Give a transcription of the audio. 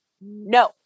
No